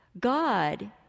God